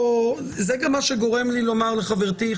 זה גם מה שגורם לי לומר לחברתי,